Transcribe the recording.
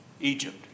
Egypt